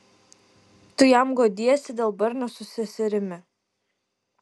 tu jam guodiesi dėl barnio su seserimi